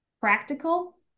practical